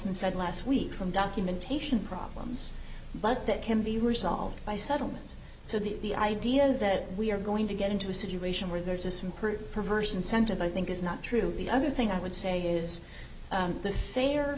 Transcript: salton said last week from documentation problems but that can be resolved by settlement so the idea that we are going to get into a situation where there's a superior perverse incentive i think is not true the other thing i would say is that they are